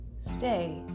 Stay